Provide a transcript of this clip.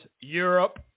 europe